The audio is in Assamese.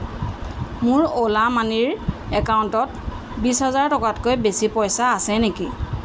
মোৰ অ'লা মানিৰ একাউণ্টত বিছ হাজাৰ টকাতকৈ বেছি পইচা আছে নেকি